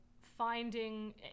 finding